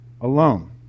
alone